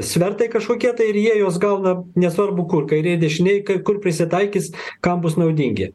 svertai kažkokie tai ir jie juos gauna nesvarbu kur kairėj dešinėj kur prisitaikys kam bus naudingi